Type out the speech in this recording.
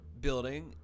building